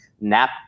nap